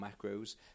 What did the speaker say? macros